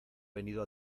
venido